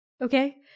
okay